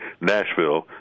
Nashville